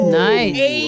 nice